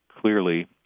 clearly